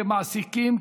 כמעסיקים,